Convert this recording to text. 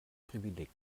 privileg